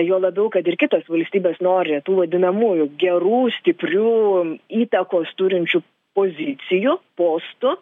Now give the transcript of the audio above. juo labiau kad ir kitos valstybės nori tų vadinamųjų gerų stiprių įtakos turinčių pozicijų postų